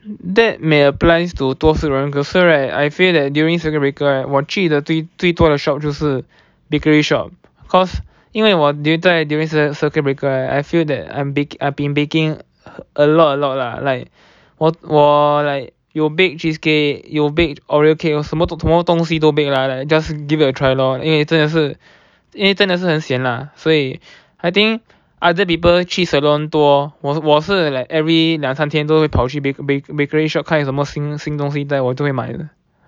that may apply to 多数人可是 right I feel that during circuit breaker right 我去的最最多的 shop 就是 bakery shop cause 因为我 是 during circuit breaker right I feel that I'm bake I have been baking a lot a lot lah like 我我 like 有 bake cheesecake 有 bake oreo cake 什么都什么东西都 bake lah like just give it a try lor 因为真的是因为真的是很 sian lah 所以 I think other people 去 salon 多我我是 like every 两三天都会跑去 bake bake bakery shop 看什么新新新东西我都会买的